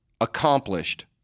accomplished